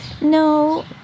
No